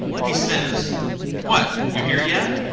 he says what! you here yet?